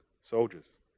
soldiers